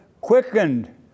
quickened